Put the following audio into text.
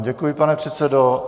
Děkuji vám, pane předsedo.